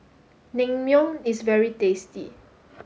Naengmyeon is very tasty